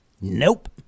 Nope